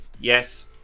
Yes